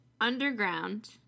underground